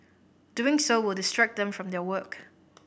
doing so will distract them from their work